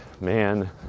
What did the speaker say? man